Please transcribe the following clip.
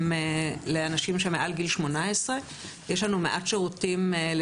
רוב השירותים שלנו הם לאנשים שמעל גיל 18. יש לנו מעט שירותים לצעירים,